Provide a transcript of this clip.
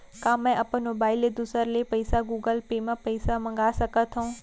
का मैं अपन मोबाइल ले दूसर ले पइसा गूगल पे म पइसा मंगा सकथव?